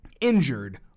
injured